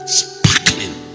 sparkling